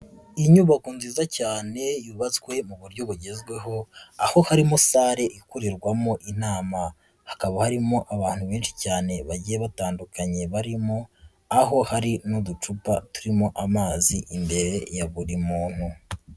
Inyubako nziza cyane yubatswe mu buryo bugezweho aho harimo sale ikorerwamo inama, hakaba harimo abantu benshi cyane bagiye batandukanye barimo aho hari n'uducupa turimo amazi imbere ya buri muntu.